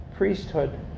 priesthood